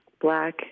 black